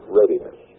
readiness